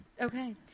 Okay